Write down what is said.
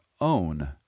own